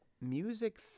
Music